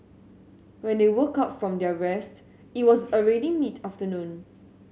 when they woke up from their rest it was already mid afternoon